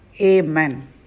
Amen